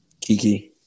Kiki